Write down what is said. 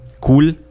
Cool